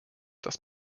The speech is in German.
dass